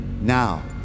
now